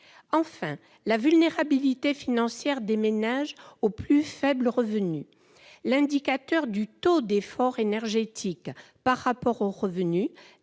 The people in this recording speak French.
contexte de vulnérabilité financière des ménages aux plus faibles revenus, l'indicateur du « taux d'effort énergétique » par rapport aux revenus